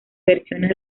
versiones